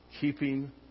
keeping